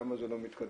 למה זה לא מתקדם,